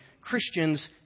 Christians